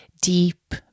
deep